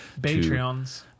Patreons